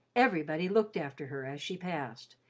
everybody looked after her as she passed,